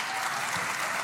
(מחיאות כפיים)